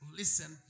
listen